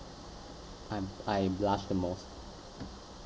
I'm I blush the most